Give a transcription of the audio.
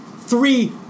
three